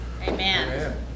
Amen